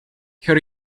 her